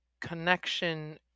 connection